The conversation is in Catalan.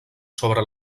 sobre